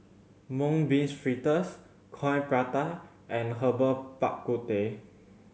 Mung Bean Fritters Coin Prata and Herbal Bak Ku Teh